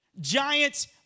giants